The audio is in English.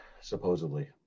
supposedly